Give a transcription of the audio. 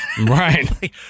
Right